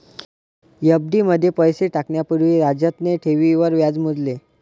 FD मध्ये पैसे टाकण्या पूर्वी राजतने ठेवींवर व्याज मोजले